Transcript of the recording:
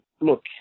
look